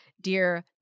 Dear